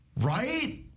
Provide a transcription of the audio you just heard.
Right